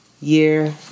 year